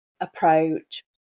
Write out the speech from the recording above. approach